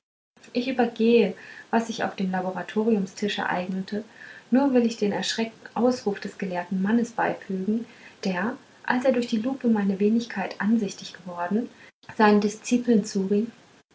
ich übergehe was sich auf dem laboratoriumtisch ereignete nur will ich den erschreckten ausruf des gelehrten mannes beifügen der als er durch die lupe meine wenigkeit ansichtig geworden seinen diszipeln